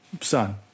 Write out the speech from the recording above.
Son